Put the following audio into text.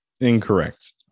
incorrect